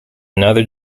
another